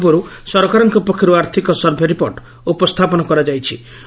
ଏହା ପୂର୍ବରୁ ସରକାରଙ୍କ ପକ୍ଷରୁ ଆର୍ଥିକ ସର୍ଭେ ରିପୋର୍ଟ ଉପସ୍ତାପନ କରାଯାଇଛି